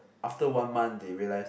after one month they realise